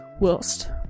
whilst